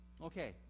Okay